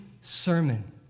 sermon